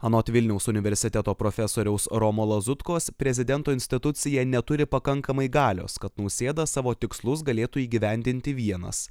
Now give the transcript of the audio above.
anot vilniaus universiteto profesoriaus romo lazutkos prezidento institucija neturi pakankamai galios kad nausėda savo tikslus galėtų įgyvendinti vienas